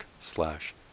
slash